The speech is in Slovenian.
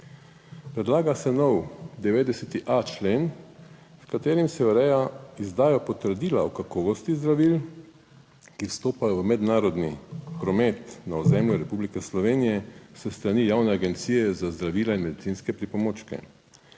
Predlaga se nov 90.a člen, v katerem se ureja izdaja potrdila o kakovosti zdravil, ki vstopajo v mednarodni promet na ozemlju Republike Slovenije s strani Javne agencije za zdravila in medicinske pripomočke.